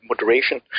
moderation